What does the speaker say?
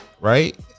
Right